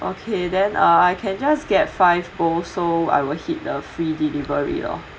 okay then uh I can just get five also I will hit the free delivery lor